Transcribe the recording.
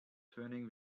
turning